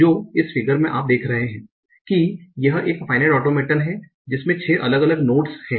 तो इस फ़िगर में आप देख रहे हैं कि यह एक फाइनाइट ऑटोमेटन है जिसमें 6 अलग अलग नोड्स हैं